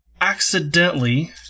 accidentally